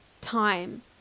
time